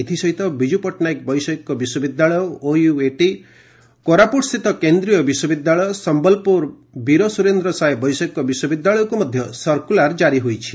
ଏଥିସହିତ ବିଜୁ ପଟ୍ଟନାୟକ ବୈଷୟିକ ବିଶ୍ୱବିଦ୍ୟାଳୟ ଓୟୁଏଟି କୋରାପୁଟ ସ୍ଷିତ କେନ୍ଦ୍ରୀୟ ବିଶ୍ୱବିଦ୍ୟାଳୟ ସମ୍ଭଲପୁର ବୀର ସୁରେନ୍ଦ ସାଏ ବୈଷୟିକ ବିଶ୍ୱବିଦ୍ୟାଳୟକୁ ମଧ୍ଧ ସର୍କୁଲାର ଜାରି ହୋଇଛି